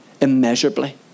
immeasurably